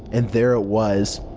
and there it was.